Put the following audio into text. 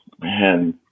man